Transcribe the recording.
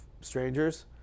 strangers